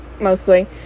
mostly